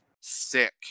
Sick